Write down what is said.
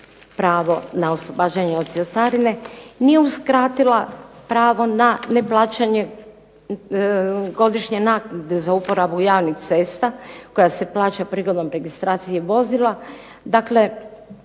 pravo na oslobađanje od cestarine, nije uskratila pravo na neplaćenje godišnje naknade za uporabu javnih cesta koja se plaća prigodom registracije vozila,